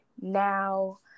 now